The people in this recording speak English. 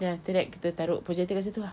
then after that kita taruk projector kat situ ah